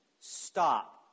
stop